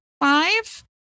five